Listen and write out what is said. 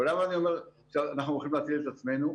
ולמה אני אומר שאנחנו הולכים להציל את עצמנו?